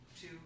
two